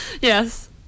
Yes